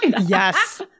Yes